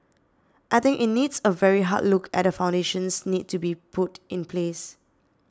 I think it needs a very hard look at the foundations need to be put in place